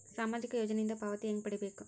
ಸಾಮಾಜಿಕ ಯೋಜನಿಯಿಂದ ಪಾವತಿ ಹೆಂಗ್ ಪಡಿಬೇಕು?